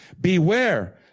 beware